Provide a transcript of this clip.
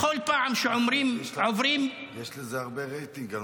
בכל פעם שעוברים --- יש לזה הרבה רייטינג.